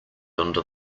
under